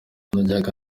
najyaga